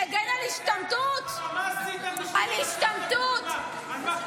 בין היתר לאפשר לך להמשיך לקשקש את עצמך באופן בלתי סביר".